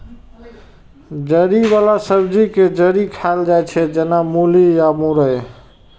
जड़ि बला सब्जी के जड़ि खाएल जाइ छै, जेना मूली या मुरइ